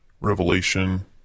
Revelation